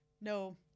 No